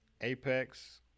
Apex